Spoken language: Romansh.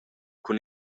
cun